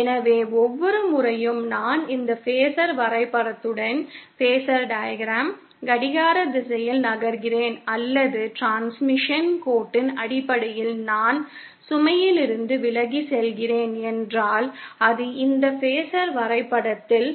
எனவே ஒவ்வொரு முறையும் நான் இந்த பேஸர் வரைபடத்துடன் கடிகார திசையில் நகர்கிறேன் அல்லது டிரான்ஸ்மிஷன் கோட்டின் அடிப்படையில் நான் சுமையிலிருந்து விலகிச் செல்கிறேன் என்றால் அது இந்த பேஸர் வரைபடத்தில்